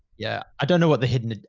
yeah. i don't know what the hidden,